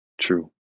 true